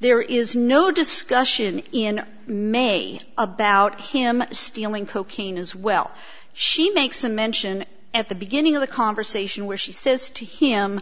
there is no discussion in may about him stealing cocaine as well she makes a mention at the beginning of the conversation where she says to him